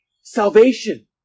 salvation